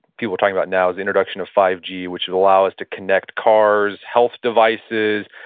people are talking about now is introduction of five g, which will allow us to connect cars, health devices,